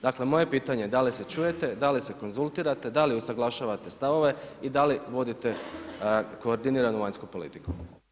Dakle, moje pitanje je da li se čujete, da li se konzultirate, da li usuglašavate stavove i da li vodite koordiniranu vanjsku politiku?